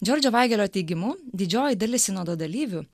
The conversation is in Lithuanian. džordžo vaigelio teigimu didžioji dalis sinodo dalyvių